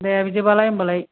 दे बिदिबालाय होनबालाय